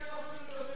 יכול להיות.